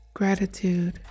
gratitude